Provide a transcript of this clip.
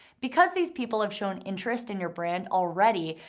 because these people have shown interest in your brand already,